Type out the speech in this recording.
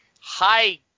high